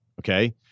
Okay